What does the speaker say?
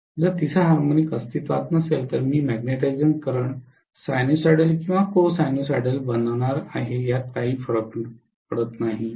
जर तिसरा हार्मोनिक अस्तित्वात नसेल तर मी मॅग्नेटिझिंग करंट सायनुसायडल किंवा को सायनुसॉइडल बनणार आहे यात काही फरक पडत नाही